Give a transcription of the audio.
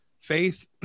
faith